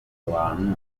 bantu